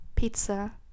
pizza